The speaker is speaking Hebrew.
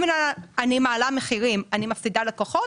אם אני מעלה מחירים ואני מפסידה לקוחות,